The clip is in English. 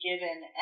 given